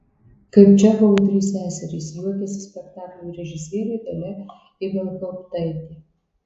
kaip čechovo trys seserys juokiasi spektaklio režisierė dalia ibelhauptaitė